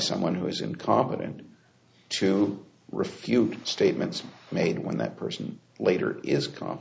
someone who is incompetent to refute statements made when that person later is cal